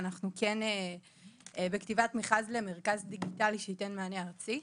ואנחנו בכתיבת מכרז למרכז דיגיטלי שיתן מענה ארצי.